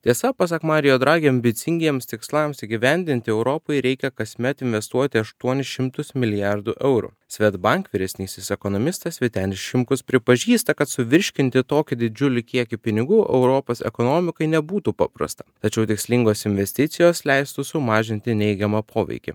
tiesa pasak mario dragi ambicingiems tikslams įgyvendinti europai reikia kasmet investuoti aštuonis šimtus milijardų eurų svedbank vyresnysis ekonomistas vytenis šimkus pripažįsta kad suvirškinti tokį didžiulį kiekį pinigų europos ekonomikai nebūtų paprasta tačiau tikslingos investicijos leistų sumažinti neigiamą poveikį